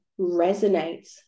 resonates